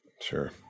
Sure